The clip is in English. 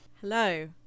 Hello